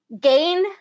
gain